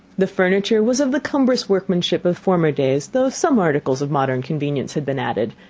the furniture was of the cumbrous workmanship of former days, though some articles of modern convenience had been added,